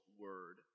word